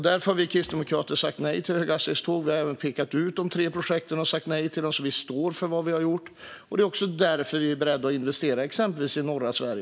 Därför har vi kristdemokrater sagt nej till höghastighetståg. Vi har även pekat ut de tre projekten och sagt nej till dem. Vi står alltså för vad vi har gjort. Det är också därför vi är beredda att investera i exempelvis norra Sverige.